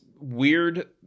weird